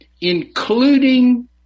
including